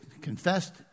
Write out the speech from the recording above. confessed